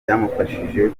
byamufashije